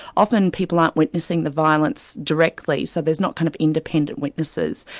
often people aren't witnessing the violence directly, so there's not kind of independent witnesses.